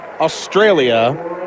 Australia